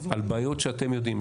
על בעיות שאתם יודעים,